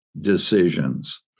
decisions